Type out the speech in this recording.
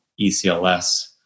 ECLS